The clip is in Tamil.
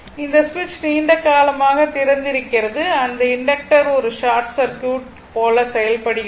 இந்த சுவிட்ச் நீண்ட காலமாக திறந்திருந்தது அந்த இண்டக்டர் ஒரு ஷார்ட் சர்க்யூட் போல செயல்படுகிறது